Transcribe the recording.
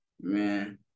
Man